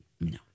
No